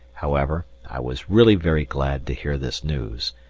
however, i was really very glad to hear this news,